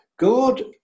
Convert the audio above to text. God